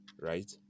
right